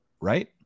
right